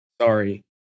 sorry